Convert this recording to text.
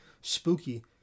spooky